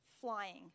flying